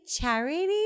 Charity